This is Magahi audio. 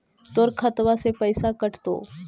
तोर खतबा से पैसा कटतो?